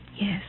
Yes